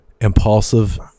impulsive